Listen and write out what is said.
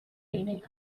meaning